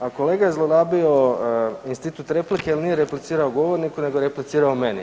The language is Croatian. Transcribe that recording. A kolega je zlorabio institut replike jel nije replicirao govorniku nego je replicirao meni.